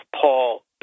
Paul